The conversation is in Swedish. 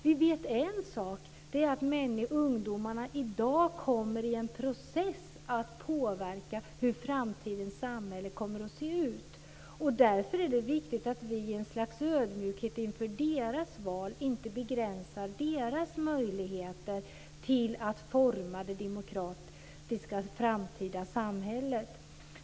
Vi vet en sak, och det är att ungdomarna i dag kommer i en process att påverka hur framtidens samhälle kommer att se ut. Därför är det viktigt att i ett slags ödmjukhet inför deras val inte begränsar deras möjligheter till att forma det demokratiska framtida samhället.